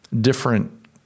different